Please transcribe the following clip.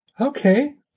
Okay